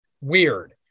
weird